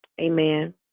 amen